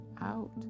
out